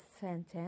sentence